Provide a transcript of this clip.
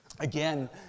Again